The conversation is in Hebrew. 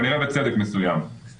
ולכן גם לא צופים שטף כזה גדול של תיירים.